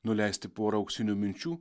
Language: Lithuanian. nuleisti porą auksinių minčių